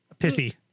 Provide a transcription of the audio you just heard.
Pissy